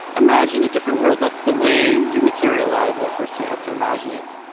imagine a different world that's the way you materialize it first, you have to imagine it.